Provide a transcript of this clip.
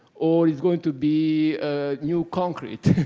or it's going to be new concrete,